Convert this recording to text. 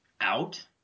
out